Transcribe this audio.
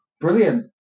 Brilliant